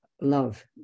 love